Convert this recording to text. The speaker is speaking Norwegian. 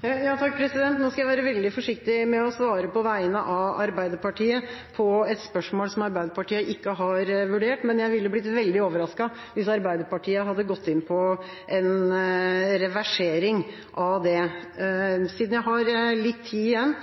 Nå skal jeg være veldig forsiktig med å svare på vegne av Arbeiderpartiet på et spørsmål som Arbeiderpartiet ikke har vurdert, men jeg ville blitt veldig overrasket hvis Arbeiderpartiet hadde gått inn for en reversering av det. Siden jeg har litt tid igjen: